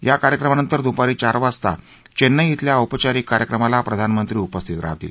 या कार्यक्रमानंतर दुपारी चार वाजता चेन्नई धिल्या औपचारिक कार्यक्रमाला प्रधानमंत्री उपस्थित राहतील